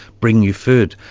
bring you food.